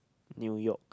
New York